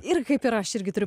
ir kaip ir aš irgi turiu